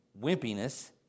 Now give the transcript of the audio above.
wimpiness